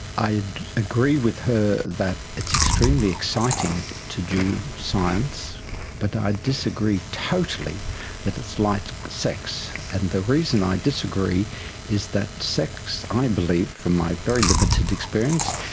i'd agree with her that it's extremely exciting to do science but i disagree totally that it's like sex, and the reason i disagree is that sex, um i believe from my very limited experience,